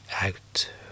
out